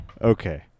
Okay